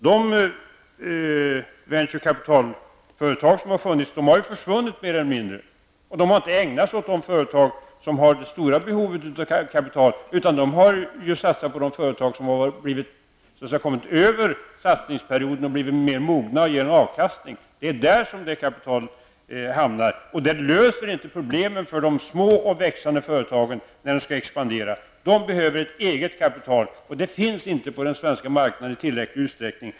De venturekapitalföretag som har funnits har ju mer eller mindre försvunnit, och de har inte ägnat sig åt de företag som har det stora behovet av kapital, utan de har satsat på de företag som så att säga har kommit över satsningsperioden och blivit mer mogna och ger avkastning. Det är där det kapitalet hamnar, och det löser inte problemen för de små och växande företagen när de skall expandera. De behöver ett eget kapital, och det finns inte på den svenska marknaden i tillräcklig utsträckning.